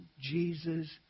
Jesus